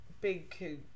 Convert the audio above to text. big